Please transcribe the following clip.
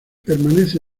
permanece